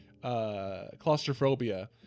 claustrophobia